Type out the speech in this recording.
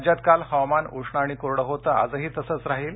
राज्यात काल हवामान उष्ण आणि कोरडं होतं आजही तसंच राहील